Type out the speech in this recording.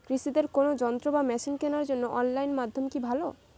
কৃষিদের কোন যন্ত্র বা মেশিন কেনার জন্য অনলাইন মাধ্যম কি ভালো?